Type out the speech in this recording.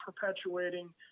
perpetuating